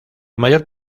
mayor